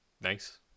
nice